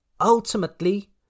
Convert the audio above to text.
ultimately